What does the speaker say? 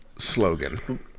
slogan